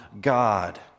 God